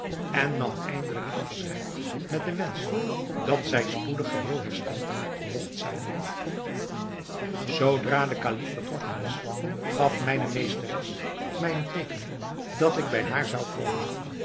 en nam eindelijk afscheid met den wensch dat zij spoedig geheel hersteld mogt zijn zoodra de kalif vertrokken was gaf mijne meesteres mij een teeken dat ik bij haar zou komen